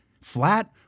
flat